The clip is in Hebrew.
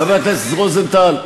חבר הכנסת רוזנטל,